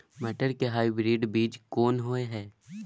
मटर के हाइब्रिड बीज कोन होय है?